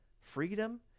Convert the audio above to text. freedom